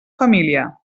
família